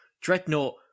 Dreadnought